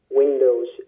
windows